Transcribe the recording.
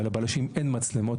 אבל לבלשים אין מצלמות,